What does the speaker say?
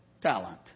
talent